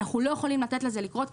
אנחנו לא יכולים לתת לזה לקרות.